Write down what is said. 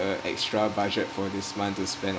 a extra budget for this month to spend on